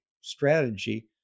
strategy